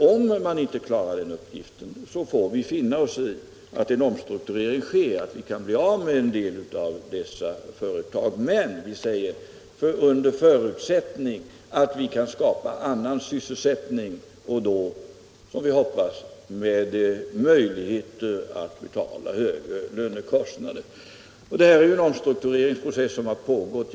Om man inte klarade den uppgiften fick vi finna oss i en omstrukturering, även om vi då blev av med en del av dessa företag. Men en förutsättning var att vi kunde skapa annan sysselsättning med möjlighet till högre löner. Detta är en omstruktureringsprocess som har pågått.